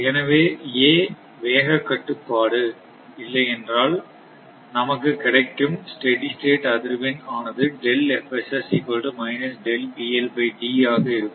எனவே வேகக் கட்டுப்பாடு இல்லை என்றால் நமக்கு கிடைக்கும் ஸ்டெடி ஸ்டேட் அதிர்வெண் ஆனதுஆக இருக்கும்